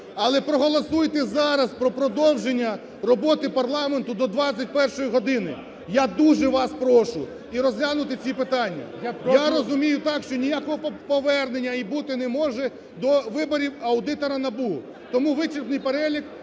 Але проголосуйте зараз про продовження роботи парламенту до 21-ї години. Я дуже вас прошу. І розглянути ці питання. Я розумію так, що ніякого повернення і бути не може до виборів аудитора НАБУ. Тому вичерпний перелік